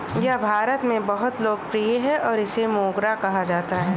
यह भारत में बहुत लोकप्रिय है और इसे मोगरा कहा जाता है